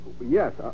Yes